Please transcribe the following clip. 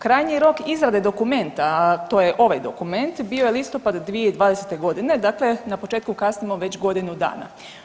Krajnji rok izrade dokumenta, a to je ovaj dokument bio je listopad 2020. godine, dakle na početku kasnimo već godinu dana.